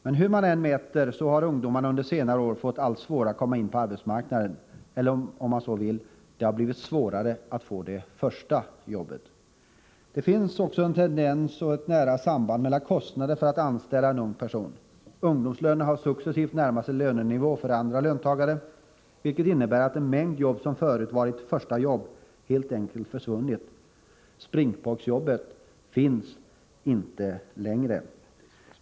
Men hur man än mäter så har ungdomarna under senare år fått allt svårare att komma in på arbetsmarknaden, eller om man så vill: det har blivit svårare att få det första jobbet. Det finns också en tendens till ett nära samband mellan ungdomsarbetslöshet och kostnader för att anställa en ung person. Ungdomslönerna har successivt närmat sig lönenivån för andra löntagare, vilket medfört att en mängd jobb som förut var ”första jobb” helt enkelt har försvunnit. Springpojksjobbet finns inte längre.